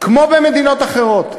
כמו במדינות אחרות.